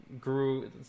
grew